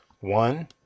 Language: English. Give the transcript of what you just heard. One